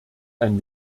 ein